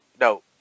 no